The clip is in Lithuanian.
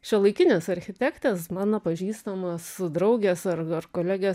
šiuolaikinis architektas mano pažįstamas draugės ar ar kolegės